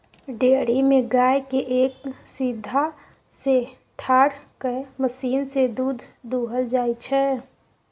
dairy मे गाय केँ एक सीधहा सँ ठाढ़ कए मशीन सँ दुध दुहल जाइ छै